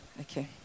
okay